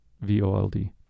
V-O-L-D